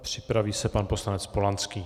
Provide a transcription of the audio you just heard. Připraví se pan poslanec Polanský.